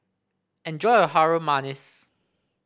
enjoy your Harum Manis